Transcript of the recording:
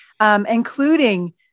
including